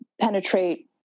penetrate